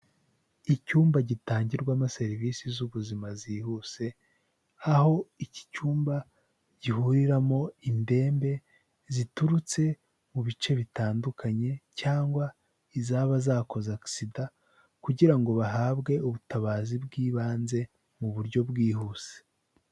Icyumba gitangirwamo serivisi z'ubuzima zihuse aho iki cyumba gihuriramo indembe ziturutse mu bice bitandukanye cyangwa izaba zakoze agisida kugira ngo bahabwe ubutabazi bw'ibanze mu buryo bwihuse.